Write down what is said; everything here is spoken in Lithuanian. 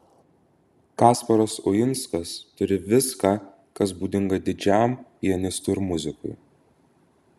kasparas uinskas turi viską kas būdinga didžiam pianistui ir muzikui